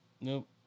nope